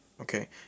okay